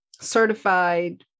certified